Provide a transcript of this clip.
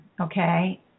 okay